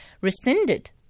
rescinded